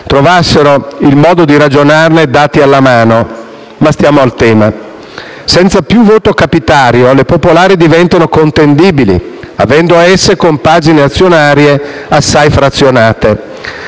trovassero il modo di ragionarne, dati alla mano. Ma stiamo al tema. Senza più voto capitario, le popolari diventano contendibili, avendo esse compagini azionarie assai frazionate.